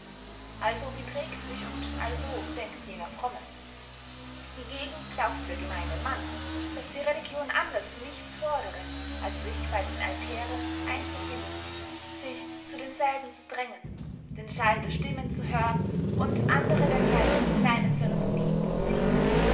also beträgt sich und also denkt jener fromme hingegen glaubt der gemeine mann daß die religion anders nichts fordere als sich bey den altären einzufinden sich zu denselben zu drängen den schall der stimmen zu hören und andere dergleichen kleine ceremonien zu sehen